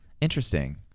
interesting